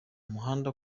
muhanda